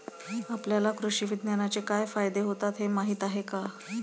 आपल्याला कृषी विज्ञानाचे काय फायदे होतात हे माहीत आहे का?